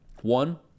One